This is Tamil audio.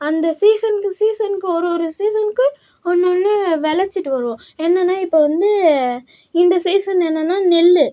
அந்த சீசனுக்கு சீசனுக்கு ஒரு ஒரு சீசனுக்கும் ஒன்னொன்று விளைச்சிட்டு வருவோம் என்னென்னா இப்போது வந்து இந்த சீசன் என்னென்னா நெல்லு